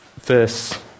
verse